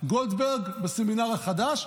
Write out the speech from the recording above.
גולדברג בסמינר החדש,